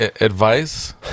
advice